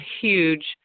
huge